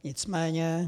Nicméně.